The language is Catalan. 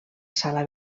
sala